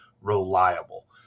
reliable